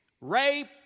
Rape